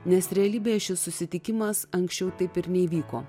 nes realybėje šis susitikimas anksčiau taip ir neįvyko